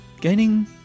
gaining